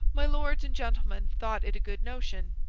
my lords and gentlemen thought it a good notion,